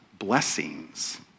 blessings